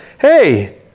hey